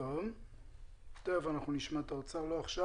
אנחנו נשמע את האוצר לגבי זה.